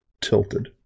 tilted